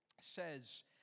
says